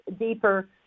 deeper